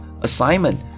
assignment